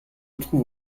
trouve